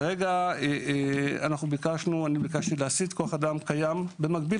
כרגע ביקשתי להסיט כוח אדם קיים במקביל